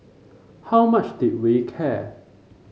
how much did we care